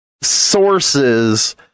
sources